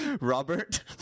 Robert